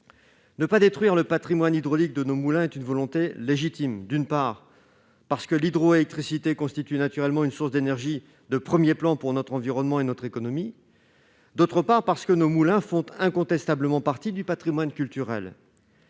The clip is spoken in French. Ne pas détruire le patrimoine hydraulique que constituent nos moulins est une volonté légitime, d'une part, parce que l'hydroélectricité constitue naturellement une source d'énergie de premier plan pour notre environnement et notre économie, d'autre part, parce que nos moulins font incontestablement partie du patrimoine culturel.